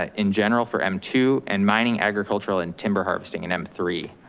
ah in general for m two and mining, agricultural and timber harvesting in m three.